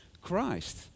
Christ